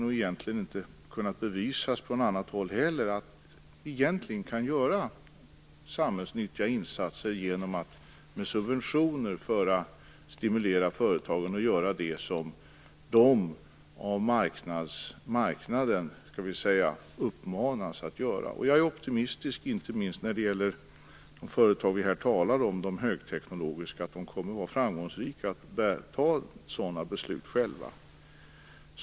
Det har egentligen inte heller kunnat bevisats på annat håll att man kan göra samhällsnyttiga insatser genom att med subventioner stimulera företagen att göra det som de uppmanas att göra av marknaden. Jag är optimistisk, inte minst när det gäller de företag vi talar om här - de högteknologiska. De kommer att vara framgångsrika i att fatta sådana beslut själva.